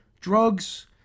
drugs